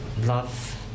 love